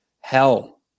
hell